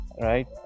right